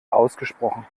ausgesprochen